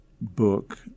book